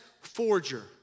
forger